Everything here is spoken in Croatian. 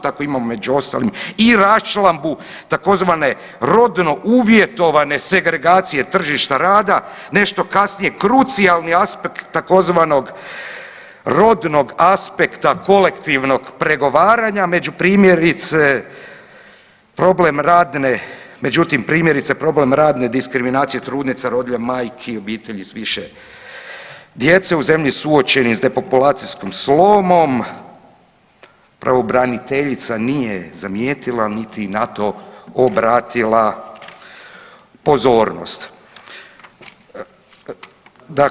Tako imamo među ostalom i raščlambu tzv. rodno uvjetovane segregacije tržišta rada, nešto kasnije krucijalni aspekt tzv. rodnog aspekta kolektivnog pregovaranja, među primjerice problem radne, međutim primjerice problem radne diskriminacije trudnica, rodilja, majki i obitelji s više djece u zemlji suočeni s depopulacijskim slomom, pravobraniteljica nije zamijetila, niti na to obratila pozornost.